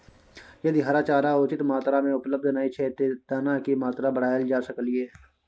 यदि हरा चारा उचित मात्रा में उपलब्ध नय छै ते दाना की मात्रा बढायल जा सकलिए?